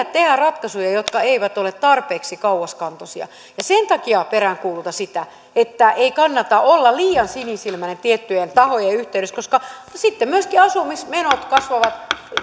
tehdä ratkaisuja jotka eivät ole tarpeeksi kauaskantoisia ja sen takia peräänkuulutan sitä että ei kannata olla liian sinisilmäinen tiettyjen tahojen yhteydessä koska sitten myöskin asumismenot kasvavat